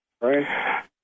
right